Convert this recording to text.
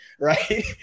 right